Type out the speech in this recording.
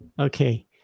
Okay